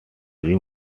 dream